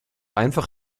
einfach